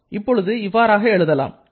இப்பொழுது இவ்வாறாக நாம் எழுதலாம்